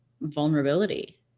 vulnerability